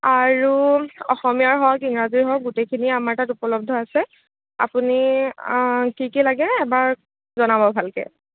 আৰু অসমীয়াৰ হওক ইংৰাজীৰ হওক গোটেইখিনি আমাৰ তাত উপলব্ধ আছে আপুনি কি কি লাগে এবাৰ জনাব ভালকৈ